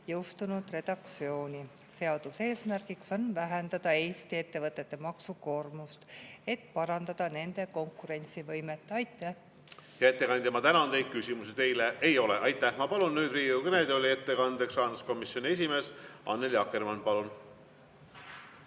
jõustunud redaktsiooni. Seaduse eesmärk on vähendada Eesti ettevõtete maksukoormust, et parandada nende konkurentsivõimet. Aitäh! Hea ettekandja, ma tänan teid. Küsimusi teile ei ole. Aitäh! Ma palun nüüd Riigikogu kõnetooli ettekandjaks, rahanduskomisjoni esimees Annely Akkermann. Palun!